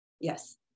Yes